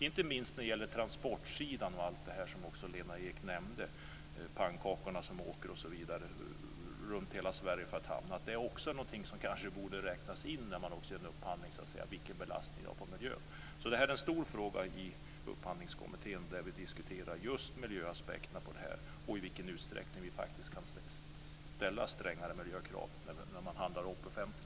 Inte minst gäller det transportsidan och allt det som Lena Ek nämnde - pannkakor som åker runt hela Sverige osv. Något som kanske också borde räknas in vid en upphandling är vilken belastning det blir för miljön. Detta är en stor fråga i Upphandlingskommittén där vi diskuterar just miljöaspekterna på det här och i vilken utsträckning vi faktiskt kan ställa strängare miljökrav vid offentlig upphandling.